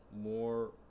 more